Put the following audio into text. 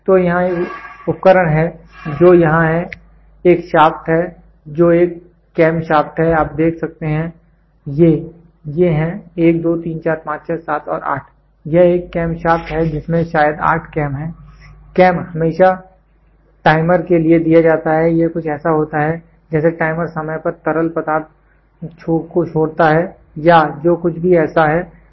तो यहां एक उपकरण है जो यहां है एक शाफ्ट है जो एक कैम शाफ्ट है आप देख सकते हैं ये हैं 1 2 3 4 5 6 7 और 8 यह एक कैम शाफ्ट है जिसमें शायद 8 कैम हैं कैम हमेशा टाइमर के लिए दिया जाता है यह कुछ ऐसा होता है जैसे टाइमर समय पर तरल पदार्थ को छोड़ता है या जो कुछ भी ऐसा है वह वहां है